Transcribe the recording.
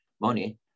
money